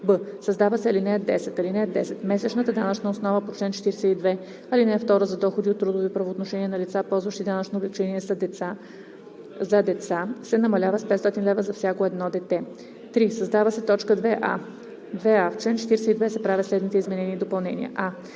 б) създава се ал. 10: „(10) Месечната данъчна основа по чл. 42, ал. 2 за доходи от трудови правоотношения на лица, ползващи данъчно облекчение за деца, се намалява с 500 лв. за всяко едно дете.“ 3. Създава се т. 2а: „2а. В чл. 42 се правят следните изменения и допълнения: а)